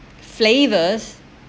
flavors